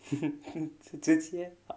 这些